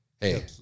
hey